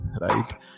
right